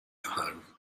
home